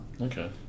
Okay